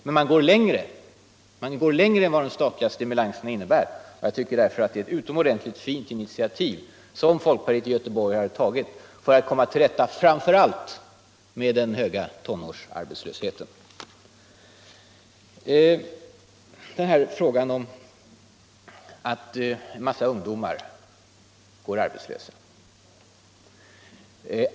Men man går längre än vad de statliga stimulanserna innebär. Jag anser att det är utomordentligt bra att folkpartiet i Göteborg har tagit krafttag för att komma till rätta med framför allt den höga tonårsarbetslösheten. En massa ungdomar går arbetslösa i Sverige.